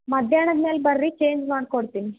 ಮಧ್ಯಾಹ್ನದ ಮೇಲೆ ಬರ್ರಿ ಚೇಂಜ್ ಮಾಡಿಕೊಡ್ತೀನಿ